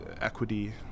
equity